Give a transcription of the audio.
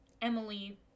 Emily